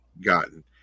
gotten